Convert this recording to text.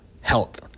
health